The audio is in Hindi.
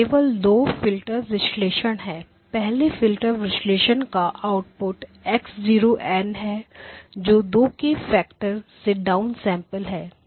केवल दो फिल्टर विश्लेषण है पहले फिल्टर विश्लेषण का आउटपुट x0n है जो 2 के फैक्टर से डाउनसेंपल है